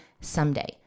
Someday